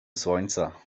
słońca